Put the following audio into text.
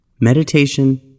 Meditation